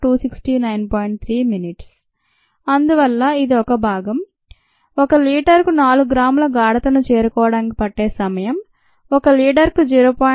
3 నిమిషాలు అందువల్ల ఇది ఒక భాగం ఒక లీటరుకు 4 గ్రాముల గాఢతను చేరుకోవడానికి పట్టే సమయం ఒక లీటరుకు 0